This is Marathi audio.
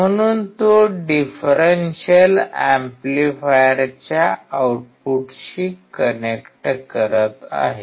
म्हणून तो डिफरेन्शियल एम्पलीफायरच्या आउटपुटशी कनेक्ट करत आहे